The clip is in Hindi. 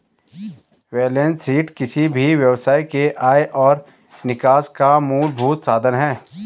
बेलेंस शीट किसी भी व्यवसाय के आय और निकास का मूलभूत साधन है